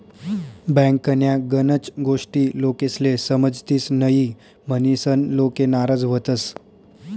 बँकन्या गनच गोष्टी लोकेस्ले समजतीस न्हयी, म्हनीसन लोके नाराज व्हतंस